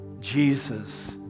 Jesus